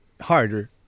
harder